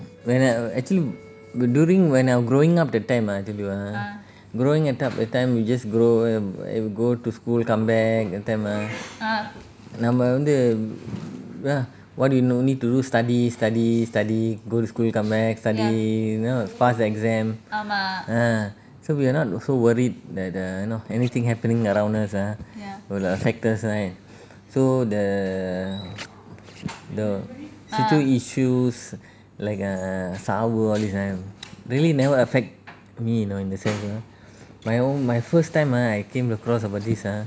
when I err actually d~ during when I'm growing up that time ah tell you ah growing at up that time we just grow um err go to school come back that time ah நம்ம வந்து:namma vanthu [what] you know need to do study study study go to school come back study know pass exam ah so we're not so worried that the know anything happening around us ah will err affect us right so the the சுத்தி:suthi issues like the சாவு:saavu all this right really never affect me you know in a sense you know my own my first time ah I came across about this ah